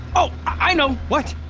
oh! i know! what?